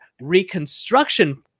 reconstruction